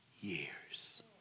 years